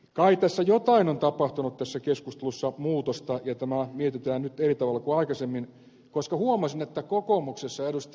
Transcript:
kai tässä keskustelussa jotain muutosta on tapahtunut ja tämä mietitään nyt eri tavalla kuin aikaisemmin koska huomasin että kokoomuksessa ed